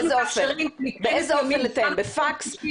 בפקס?